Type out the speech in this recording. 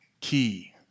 key